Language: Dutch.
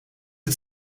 het